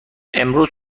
امروز